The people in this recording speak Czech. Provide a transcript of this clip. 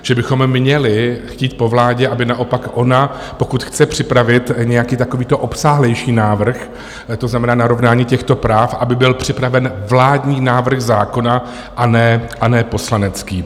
Že bychom měli chtít po vládě, aby naopak ona, pokud chce připravit nějaký takovýto obsáhlejší návrh, to znamená narovnání těchto práv, aby byl připraven vládní návrh zákona a ne poslanecký.